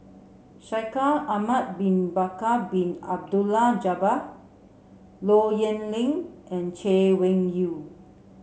Shaikh Ahmad bin Bakar Bin Abdullah Jabbar Low Yen Ling and Chay Weng Yew